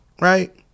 right